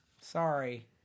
sorry